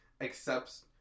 accepts